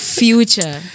future